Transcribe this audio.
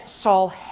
Saul